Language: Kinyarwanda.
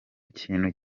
kintu